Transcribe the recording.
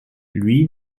lui